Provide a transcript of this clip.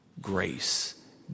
grace